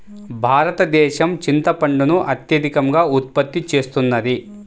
భారతదేశం చింతపండును అత్యధికంగా ఉత్పత్తి చేస్తున్నది